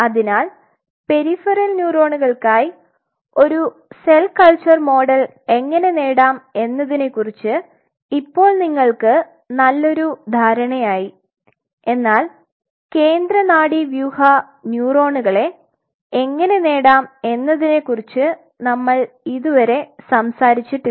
അതിനാൽ പെരിഫറൽ ന്യൂറോണുകൾക്കായി ഒരു സെൽ കൾച്ചർ മോഡൽ എങ്ങനെ നേടാമെന്നതിനെക്കുറിച്ച് ഇപ്പോൾ നിങ്ങൾക്ക് നല്ലൊരു ധാരണയായി എന്നാൽ കേന്ദ്ര നാഡീവ്യൂഹ ന്യൂറോണുകളെ എങ്ങനെ നേടാം എന്നതിനെക്കുറിച്ച് നമ്മൾ ഇതുവരെ സംസാരിച്ചിട്ടില്ല